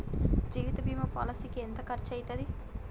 జీవిత బీమా పాలసీకి ఎంత ఖర్చయితది?